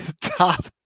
top